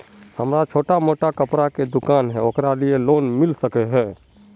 हमरा छोटो मोटा कपड़ा के दुकान है ओकरा लिए लोन मिलबे सके है?